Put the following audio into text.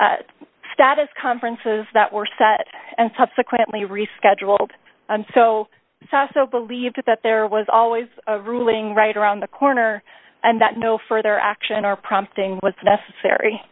of status conferences that were set and subsequently rescheduled and so saso believed that there was always a ruling right around the corner and that no further action or prompting was necessary